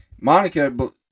Monica